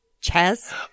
chess